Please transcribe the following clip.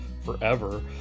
forever